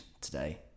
today